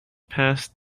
passed